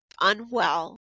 unwell